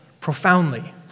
profoundly